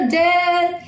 dead